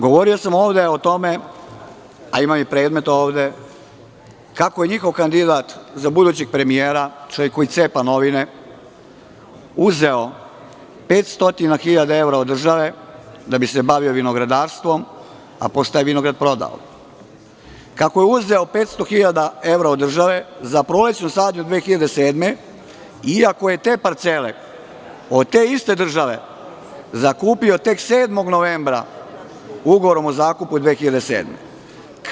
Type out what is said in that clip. Govorio sam ovde o tome, a imam i predmet ovde, kako je njihov kandidat za budućeg premijera, čovek koji cepa novine, uzeo 500.000 evra od države da bi se bavio vinogradarstvom, a posle je taj vinograd prodao, kako je uzeo 500.000 evra od države za prolećnu sadnju 2007. godine, iako je te parcele od te iste države zakupio tek 7. novembra ugovorom o zakupu 2007. godine.